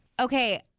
Okay